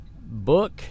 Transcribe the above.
book